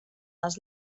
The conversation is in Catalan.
les